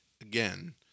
again